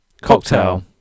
Cocktail